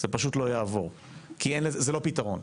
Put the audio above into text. זה פשוט לא יעבור כי זה לא פתרון.